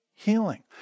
Healing